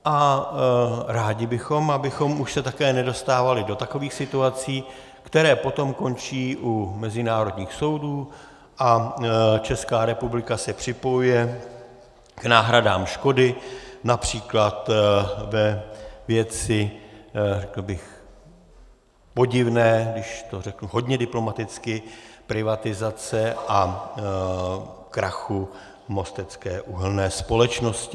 A rádi bychom, abychom už se také nedostávali do takových situací, které potom končí u mezinárodních soudů, a Česká republika se připojuje k náhradám škody, např. ve věci řekl bych podivné, když to řeknu hodně diplomaticky, privatizace a krachu Mostecké uhelné společnosti.